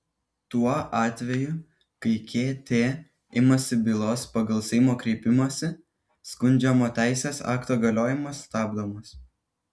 tuo atveju kai kt imasi bylos pagal seimo kreipimąsi skundžiamo teisės akto galiojimas stabdomas